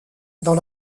dans